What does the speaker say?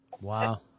Wow